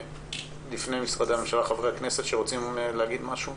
לפני משרדי הממשלה, חברי הכנסת רוצים לומר משהו.